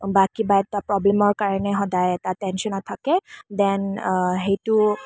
বা কিবা এটা প্ৰব্লেমৰ কাৰণে সদায় এটা টেনশ্বনত থাকে দেন সেইটো